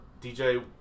DJ